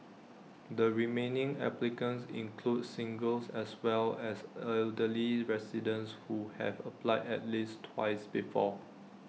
the remaining applicants include singles as well as elderly residents who have applied at least twice before